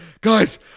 guys